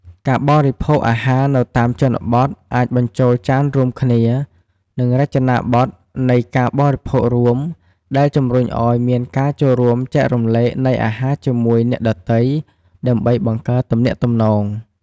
ការបរិភោគអាហារនៅតាមជនបទអាចបញ្ចូលចានរួមគ្នា និងរចនាប័ទ្មនៃការបរិភោគរួម ដែលជំរុញឲ្យមានការចូលរួមចែករំលែកនៃអាហារជាមួយអ្នកដទៃដើម្បីបង្កើតទំនាក់ទំនង់។